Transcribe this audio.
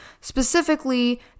specifically